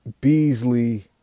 Beasley